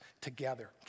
together